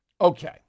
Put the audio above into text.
Okay